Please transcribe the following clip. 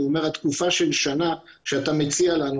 התקופה של שנה שאתה מציע לנו,